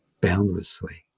boundlessly